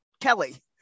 Kelly